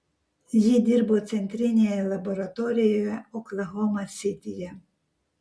ji dirbo centrinėje laboratorijoje oklahoma sityje